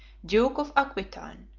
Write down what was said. duke of aquitain,